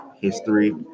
history